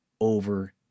over